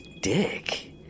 dick